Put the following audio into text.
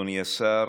אדוני השר,